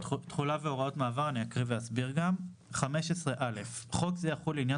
"תחולה והוראת מעבר 15. (א)חוק זה יחול לעניין